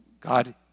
God